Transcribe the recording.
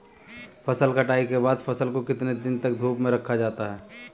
फसल कटाई के बाद फ़सल को कितने दिन तक धूप में रखा जाता है?